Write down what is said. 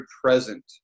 present